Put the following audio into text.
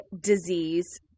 disease